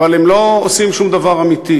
אבל הם לא עושים שום דבר אמיתי.